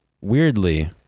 weirdly